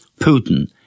Putin